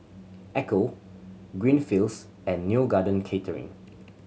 Ecco Greenfields and Neo Garden Catering